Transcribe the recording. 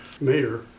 Mayor